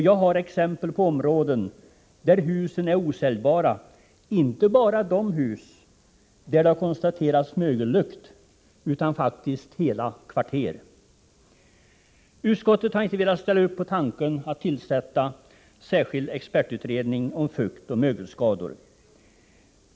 Jag har exempel på områden där husen är osäljbara, och det gäller då inte bara de hus där man konstaterat mögellukt, utan faktiskt hela kvarter. Utskottet har inte velat ställa sig bakom tanken på att tillsätta en särskild expertutredning för att undersöka fuktoch mögelskador.